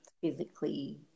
physically